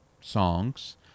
songs